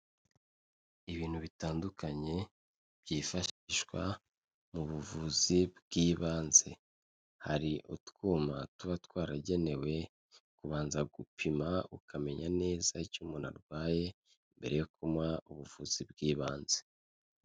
Ibintu bitandukanye byifashishwa mu buvuzi bw'ibanze, hari utwuma tuba twaragenewe kubanza gupima. Ukamenya neza icyo umuntu arwaye mbere yo kumuha ubuvuzi bw'ibanze.